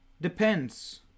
Depends